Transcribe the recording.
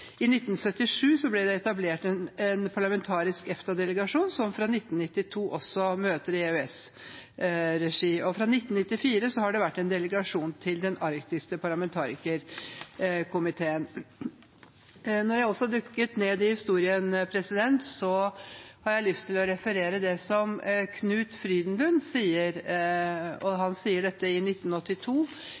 I 1977 ble det etablert en parlamentarisk EFTA-delegasjon, som fra 1992 også møter i EØS-regi. Fra 1994 har det vært en delegasjon til Den arktiske parlamentarikerkomiteen. Da jeg dykket ned i historien, fikk jeg lyst til å referere noe Knut Frydenlund har sagt. Han sier i 1982,